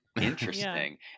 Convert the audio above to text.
interesting